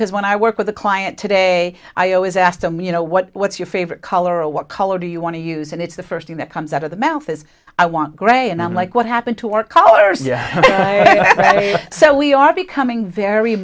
because when i work with a client today i always ask them you know what's your favorite color what color do you want to use and it's the first thing that comes out of the mouth is i want gray and i'm like what happened to our colors so we are becoming very